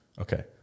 Okay